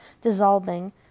dissolving